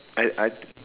and I